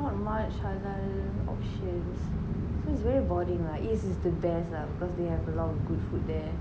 not much halal options cause very boring lah east is the best lah because they have a lot of good food there